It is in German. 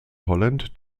holland